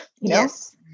Yes